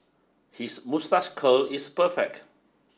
his moustache curl is perfect